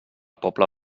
pobla